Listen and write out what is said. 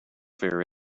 fair